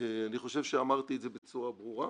אני חושב שאמרתי את זה בצורה ברורה,